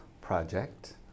project